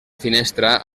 finestra